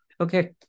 okay